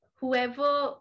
whoever